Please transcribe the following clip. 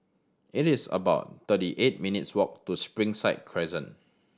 it is about thirty eight minutes' walk to Springside Crescent